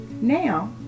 Now